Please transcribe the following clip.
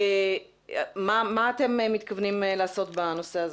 מה אתם מתכוונים לעשות בנושא הזה?